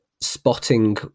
spotting